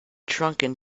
drunken